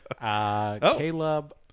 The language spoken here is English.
Caleb